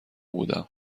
بودم